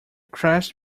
crashed